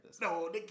No